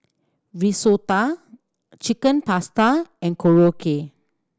Risotto Chicken Pasta and Korokke